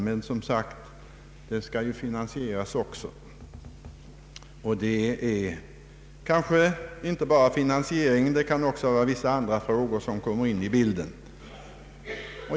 Men en sådan skall ju också finansieras, och även andra frågor kan komma in i bilden.